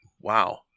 Wow